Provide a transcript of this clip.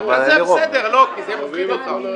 אתה רוצה לומר משהו?